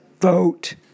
vote